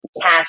cash